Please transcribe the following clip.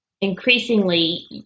increasingly